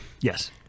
Yes